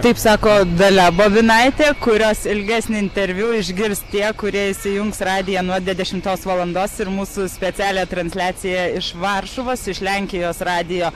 taip sako dalia bobinaitė kurios ilgesnį interviu išgirs tie kurie įsijungs radiją nuo de dešimtos valandos ir mūsų specialią transliaciją iš varšuvos iš lenkijos radijo